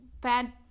bad